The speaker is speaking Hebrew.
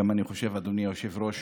אני חושב, אדוני היושב-ראש,